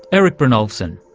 erik brynjolfsson.